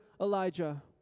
Elijah